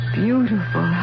beautiful